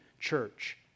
church